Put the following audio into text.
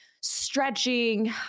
stretching